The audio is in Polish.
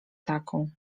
taką